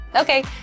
Okay